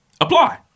Apply